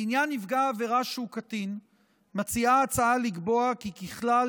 לעניין נפגע עבירה שהוא קטין מציעה ההצעה לקבוע כי ככלל